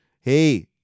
hey